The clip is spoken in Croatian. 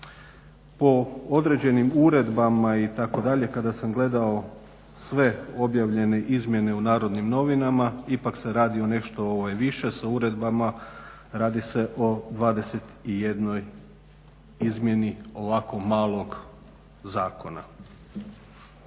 Po određenim uredbama itd. kada sam gledao sve objavljene izmjene u Narodnim novinama ipak se radi o nešto više sa uredbama, radi se o 21. izmjeni ovako malog zakona.